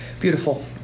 beautiful